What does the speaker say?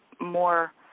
more